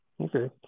Okay